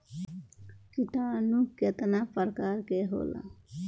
किटानु केतना प्रकार के होला?